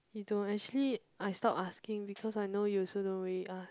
you know actually I stop asking because I know you also don't really ask